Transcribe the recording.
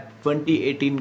2018